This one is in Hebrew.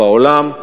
בעולם.